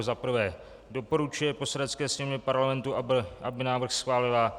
I. doporučuje Poslanecké sněmovně Parlamentu, aby návrh schválila,